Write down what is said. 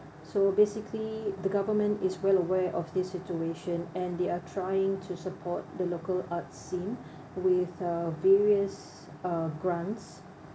so basically the government is well aware of this situation and they are trying to support the local arts scene with uh various uh grants